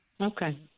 okay